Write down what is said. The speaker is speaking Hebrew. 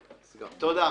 תודה.